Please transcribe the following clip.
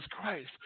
Christ